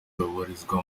babarizwa